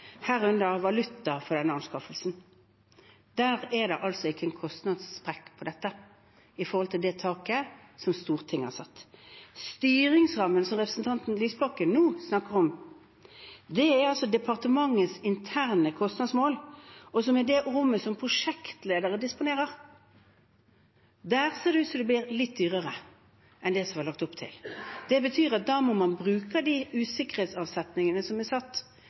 valuta, for denne anskaffelsen. Der er det ikke en kostnadssprekk på dette i forhold til det taket Stortinget har satt. Styringsrammen, som representanten Lysbakken nå snakker om, er departementets interne kostnadsmål. Det er det rommet som prosjektledere disponerer. Der ser det ut til at det blir litt dyrere enn det som var lagt opp til. Det betyr at da må man bruke av de usikkerhetsavsetningene som er satt,